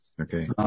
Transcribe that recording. Okay